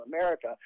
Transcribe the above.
America